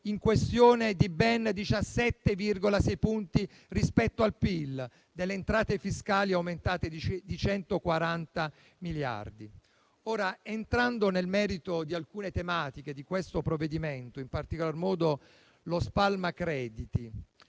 in questione di ben 17,6 punti rispetto al PIL e le entrate fiscali aumentate di 140 miliardi. Entrando nel merito di alcune tematiche del provvedimento in discussione, in particolar modo lo spalmacrediti,